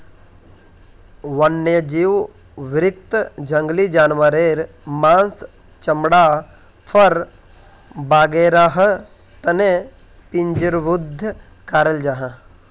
वन्यजीव कृषीत जंगली जानवारेर माँस, चमड़ा, फर वागैरहर तने पिंजरबद्ध कराल जाहा